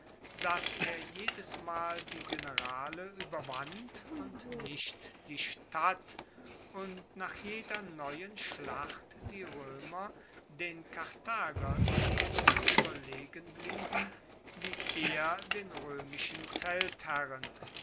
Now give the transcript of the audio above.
dass er jedesmal die generale ueberwand und nicht die stadt und nach jeder neuen schlacht die roemer den karthagern ebenso ueberlegen blieben wie er den roemischen